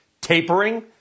tapering